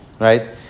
right